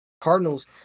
Cardinals